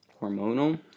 hormonal